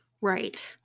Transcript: right